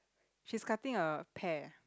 she's cutting a pear